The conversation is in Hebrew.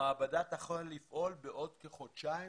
המעבדה תחל לפעול בעוד כחודשיים,